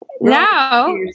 Now